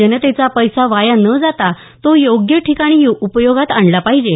जनतेचा पैसा वाया न जाता तो योग्य ठिकाणी उपयोगात आला पाहिजे